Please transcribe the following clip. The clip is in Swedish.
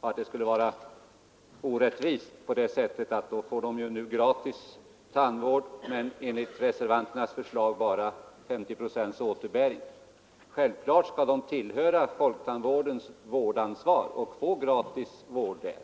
och det ansåg han skulle vara orättvist eftersom de nu får gratis tandvård men enligt reservanternas förslag bara 50 procents återbäring. Självklart skall barnen tillhöra folktandvårdens vårdansvar och få gratis vård där.